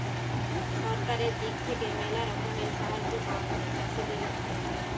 সরকারের দিক থেকে ম্যালা রকমের সাহায্য পাওয়া যায় চাষীদের লিগে